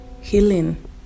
healing